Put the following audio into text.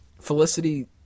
Felicity